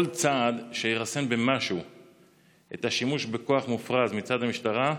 כל צעד שירסן במשהו את השימוש בכוח מופרז מצד המשטרה,